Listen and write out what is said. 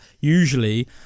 Usually